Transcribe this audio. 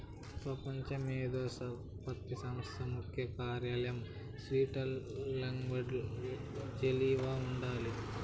పెపంచ మేధో సంపత్తి సంస్థ ముఖ్య కార్యాలయం స్విట్జర్లండ్ల జెనీవాల ఉండాది